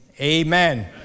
Amen